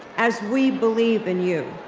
as we believe in you.